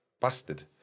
bastard